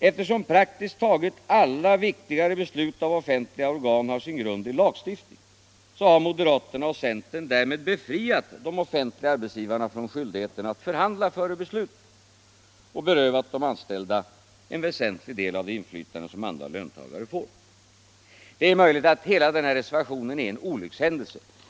Eftersom praktiskt taget alla viktigare beslut av offentliga organ har sin grund i lagstiftning, har moderaterna och centern därmed befriat de offentliga arbetsgivarna från skyldigheten att förhandla före beslut — och berövat de anställda en väsentlig del av det inflytande som andra löntagare får. Det är möjligt att hela denna reservation är en olyckshändelse.